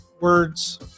words